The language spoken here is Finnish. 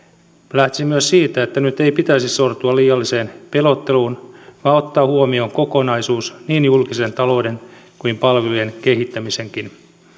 lähtisin myös siitä että nyt ei pitäisi sortua liialliseen pelotteluun vaan ottaa huomioon kokonaisuus niin julkisen talouden kuin palvelujen kehittämisenkin